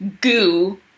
goo